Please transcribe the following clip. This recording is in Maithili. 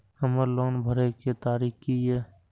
हमर लोन भरय के तारीख की ये?